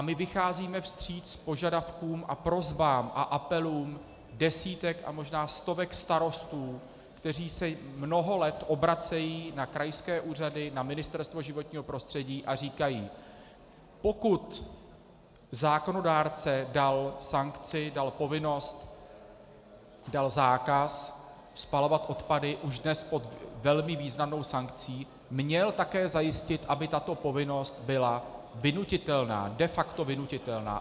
My vycházíme vstříc požadavkům a prosbám a apelům desítek a možná stovek starostů, kteří se mnoho let obracejí na krajské úřady, na Ministerstvo životního prostředí a říkají: Pokud zákonodárce dal sankci, dal povinnost, dal zákaz spalovat odpady už dnes pod velmi významnou sankcí, měl také zajistit, aby tato povinnost byla vynutitelná, de facto vynutitelná.